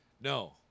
No